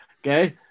okay